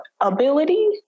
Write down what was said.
ability